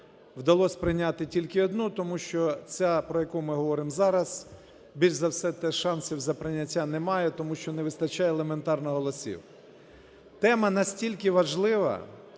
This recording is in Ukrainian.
вдалось прийняти тільки одна, тому що ця, про яку ми говоримо зараз, більш за все, теж шансів за прийняття не має, тому що не вистачає елементарно голосів. Тема настільки важлива,